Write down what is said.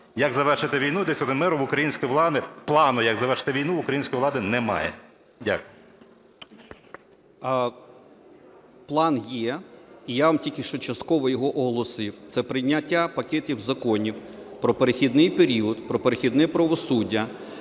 як завершити війну, досягти миру, в української влади… плану, як завершити війну, в української влади немає? Дякую. 10:34:35 РЕЗНІКОВ О.Ю. План є, і я вам тільки що частково його оголосив. Це прийняття пакетів законів про перехідний період, про перехідне правосуддя,